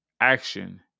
action